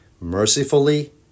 mercifully